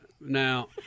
Now